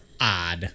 odd